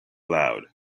loud